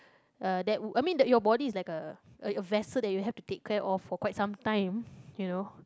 uh that I mean your body is like a a a vessel that you have to take care of for quite sometime you know